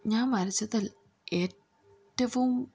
ഞാൻ വരച്ചതിൽ ഏറ്റവും